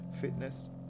fitness